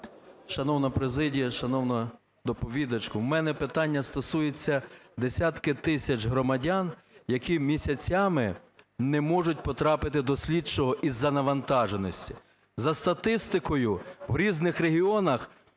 Шановна президія, шановна доповідачко, в мене питання стосується десятків тисяч громадян, які місяцями не можуть потрапити до слідчого із-за навантаженості. За статистикою, в різних регіонах